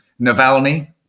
Navalny